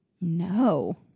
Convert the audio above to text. No